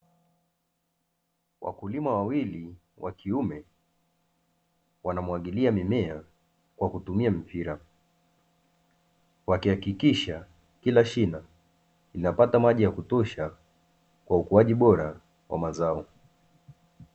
Wakulima wawili wa kiume, wanamwagilia mimea kwa kutumia mipira. Wakihakikisha kila shina linapata maji ya kutosha kwa ukuaji bora wa mazao.